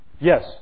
Yes